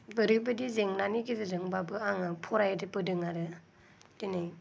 ओरैबायदि जेंनानि गेजेरजोंब्लाबो आङो फरायबोदों आरो दिनै